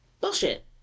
bullshit